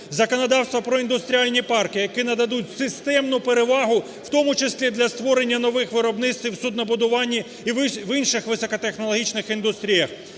законодавство про індустріальні парки, які нададуть системну перевагу, в тому числі, для створення нових виробництв у суднобудуванні і в інших високотехнологічних індустріях;